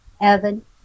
Evan